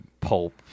pulp